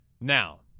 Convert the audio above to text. Now